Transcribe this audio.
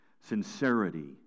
Sincerity